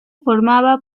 formaba